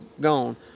gone